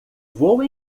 vou